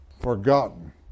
forgotten